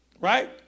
Right